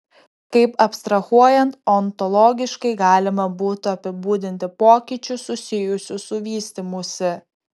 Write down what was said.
kaip abstrahuojant ontologiškai galima būtų apibūdinti pokyčius susijusius su vystymusi